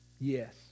Yes